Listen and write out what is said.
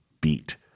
beat